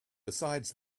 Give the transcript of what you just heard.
besides